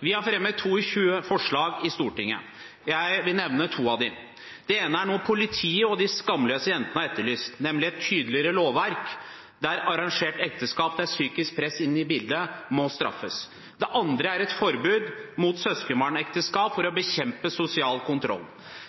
Vi har fremmet 22 forslag i Stortinget. Jeg vil nevne to av dem. Det ene er noe politiet og de skamløse jentene har etterlyst, nemlig et tydeligere lovverk: Arrangerte ekteskap der psykisk press er inne i bildet, må straffes. Det andre er et forbud mot søskenbarnekteskap for å bekjempe sosial kontroll.